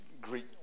Greek